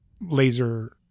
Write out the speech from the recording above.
laser